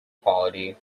quality